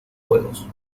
juegos